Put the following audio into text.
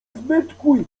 zbytkuj